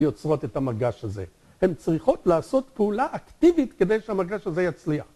יוצרות את המגש הזה, הן צריכות לעשות פעולה אקטיבית כדי שהמגש הזה יצליח